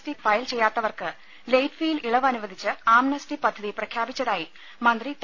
T return file ചെയ്യാത്തവർക്ക് late ഫീയിൽ ഇളവ് അനുവദിച്ച് ആംനെസ്റ്റി പദ്ധതി പ്രഖ്യാപിച്ചതായി മന്ത്രി ഡോ